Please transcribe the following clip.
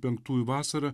penktųjų vasarą